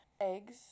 eggs